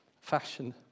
fashion